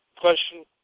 question